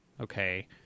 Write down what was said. okay